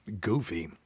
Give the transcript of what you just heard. goofy